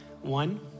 One